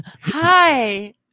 Hi